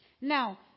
Now